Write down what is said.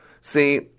See